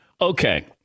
Okay